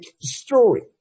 story